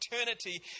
eternity